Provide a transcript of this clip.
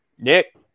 Nick